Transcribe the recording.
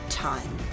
time